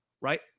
right